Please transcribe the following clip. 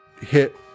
hit